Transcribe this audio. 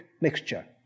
mixture